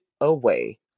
away